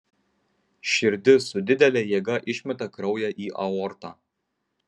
širdis su didele jėga išmeta kraują į aortą